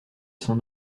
son